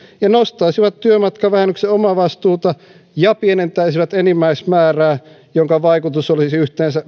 ja nostaisivat työmatkavähennyksen omavastuuta ja pienentäisivät enimmäismäärää minkä vaikutus olisi yhteensä